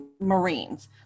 marines